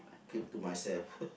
keep to myself